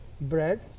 bread